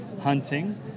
hunting